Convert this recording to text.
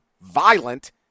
violent